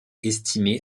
estimé